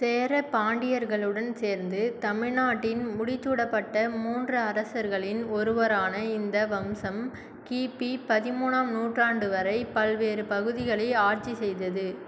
சேர பாண்டியர்களுடன் சேர்ந்து தமிழ்நாட்டின் முடிசூடப்பட்ட மூன்று அரசர்களின் ஒருவரான இந்த வம்சம் கி பி பதிமூணாம் நூற்றாண்டு வரை பல்வேறு பகுதிகளை ஆட்சி செய்தது